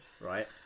right